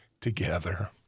together